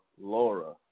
Laura